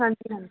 ਹਾਂਜੀ ਹਾਂਜੀ